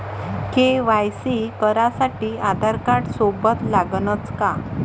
KYC करासाठी आधारकार्ड सोबत लागनच का?